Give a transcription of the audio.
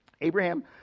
abraham